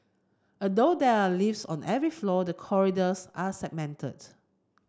although there are lifts on every floor the corridors are segmented